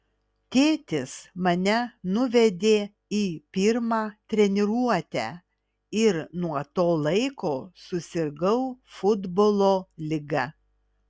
tėtis mane nuvedė į pirmą treniruotę ir nuo to laiko susirgau futbolo liga